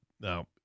Now